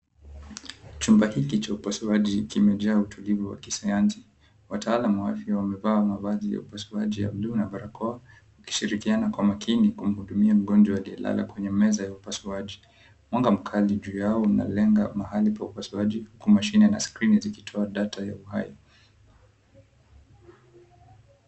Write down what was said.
Chumba hiki cha upasuaji, kimejaa utulivu wa kisayansi. Wataalamu wa afya wamevaa mavazi ya upasuaji ya bluu na barakoa. Wakishirikiana kwa makini kumhudumia mgonjwa aliyelala kwenye meza ya upasuaji. Mwanga mkali juu yao, unalenga mahali pa upasuaji, kwa mashine na skrini zikitoa data ya uhai.